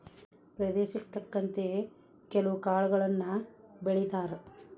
ಪ್ರದೇಶಕ್ಕೆ ತಕ್ಕಂತೆ ಕೆಲ್ವು ಕಾಳುಗಳನ್ನಾ ಬೆಳಿತಾರ